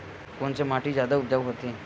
कोन से माटी जादा उपजाऊ होथे?